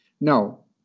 No